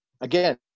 again